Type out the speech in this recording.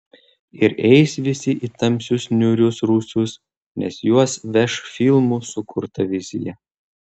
ir eis visi į tamsius niūrius rūsius nes juos veš filmų sukurta vizija